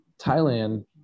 Thailand